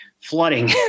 flooding